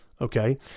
Okay